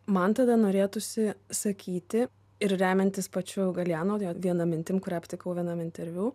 man tada norėtųsi sakyti ir remiantis pačiu galeano viena mintim kurią aptikau vienam interviu